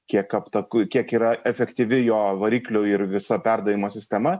kiek aptaku kiek yra efektyvi jo variklių ir visa perdavimo sistema